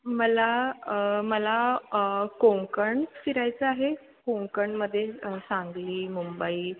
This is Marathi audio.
मला मला कोकण फिरायचं आहे कोकणामध्ये सांगली मुंबई